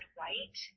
white